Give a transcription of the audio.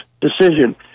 decision